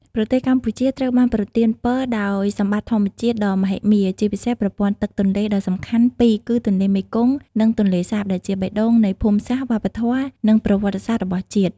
ប្រទេសកម្ពុជាត្រូវបានប្រទានពរដោយសម្បត្តិធម្មជាតិដ៏មហិមា ជាពិសេសប្រព័ន្ធទឹកទន្លេដ៏សំខាន់ពីរគឺទន្លេមេគង្គ និងទន្លេសាប ដែលជាបេះដូងនៃភូមិសាស្ត្រ វប្បធម៌ និងប្រវត្តិសាស្ត្ររបស់ជាតិ។